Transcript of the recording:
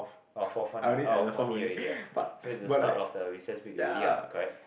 orh fourth one ah orh forty already ah so it's the start of the recess week already ah correct